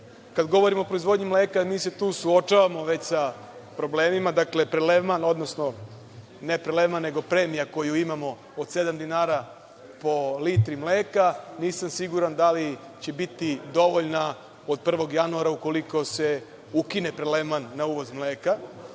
kad govorimo o proizvodnji mleka, mi se tu suočavamo već sa problemima. Dakle, prelevman, odnosno ne prelevman nego premija koju imamo od sedam dinara po litri mleka, nisam siguran da li će biti dovoljna od 1. januara ukoliko se ukine prelevman na uvoz mleka.